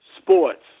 sports